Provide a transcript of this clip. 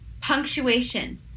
punctuation